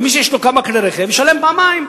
ומי שיש לו כמה כלי רכב, ישלם פעמיים,